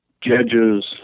judges